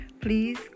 Please